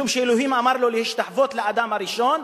משום שאלוהים אמר לו להשתחוות לאדם הראשון,